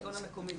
השלטון המקומי.